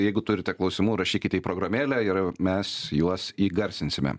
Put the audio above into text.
jeigu turite klausimų rašykite į programėlę ir mes juos įgarsinsime